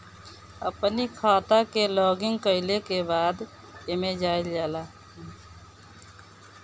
अपनी खाता के लॉगइन कईला के बाद एमे जाइल जाला